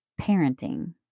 parenting